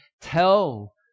tell